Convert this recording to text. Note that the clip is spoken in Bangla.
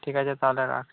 ঠিক আছে তাহলে রাখছি